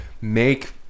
make